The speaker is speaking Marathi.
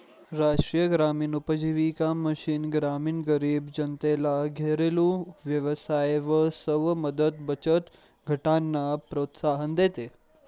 राष्ट्रीय ग्रामीण उपजीविका मिशन ग्रामीण गरीब जनतेला घरेलु व्यवसाय व स्व मदत बचत गटांना प्रोत्साहन देते